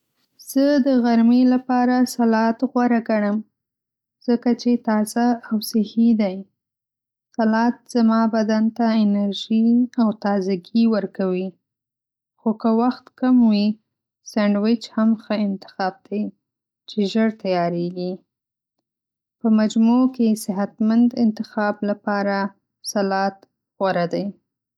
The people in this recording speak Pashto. زه د غرمې لپاره سلاد غوره ګڼم ځکه چې تازه او صحي دی. سلاد زما بدن ته انرژي او تازه ګي ورکوي. خو که وخت کم وي، سنډویچ هم ښه انتخاب دی چې ژر تیارېږي. په مجموع کې صحتمند انتخاب لپاره سلاد غوره دی.